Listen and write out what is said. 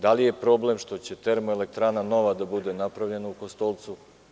Da li je problem što će nova termoelektrana da bude napravljena u Kostolcu?